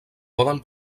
poden